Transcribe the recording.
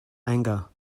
anger